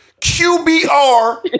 QBR